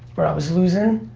or i was losing,